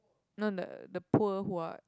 no no the poor who are